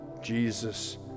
Jesus